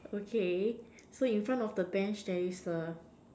okay so in front of the Bench there is a